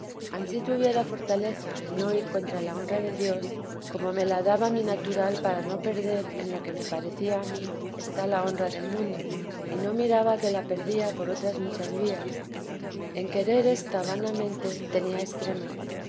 rendir ansí tuviera fortaleza en no ir contra la honra de dios como me la daba mi natural para no perder en lo que me parecía a mí está la honra del mundo y no miraba que la perdía por otras muchas vías en querer ésta vanamente tenía extremo